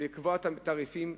לקבוע תעריפים,